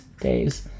days